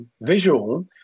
visual